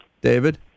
David